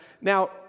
Now